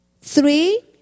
three